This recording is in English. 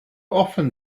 often